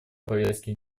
повестке